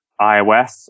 iOS